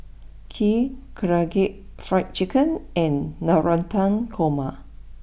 Kheer Karaage Fried Chicken and Navratan Korma